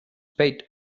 paid